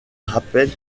rappelle